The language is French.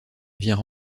vient